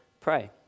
pray